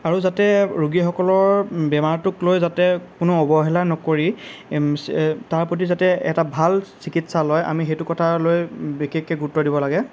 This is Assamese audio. আৰু যাতে ৰোগীসকলৰ বেমাৰটোক লৈ যাতে কোনো অৱহেলা নকৰি চি তাৰ প্ৰতি যাতে এটা ভাল চিকিৎসা লয় আমি সেইটো কথা লৈ বিশেষকৈ গুৰুত্ব দিব লাগে